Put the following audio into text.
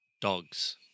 dogs